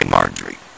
Marjorie